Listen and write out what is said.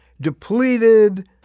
depleted